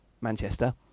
Manchester